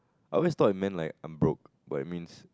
I was thought it meant like I'm broke but it means